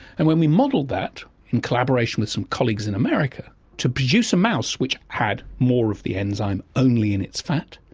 and when we modelled that in collaboration with some colleagues in america to produce a mouse which had more of the enzyme only in its fat,